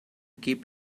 keep